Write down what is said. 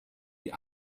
die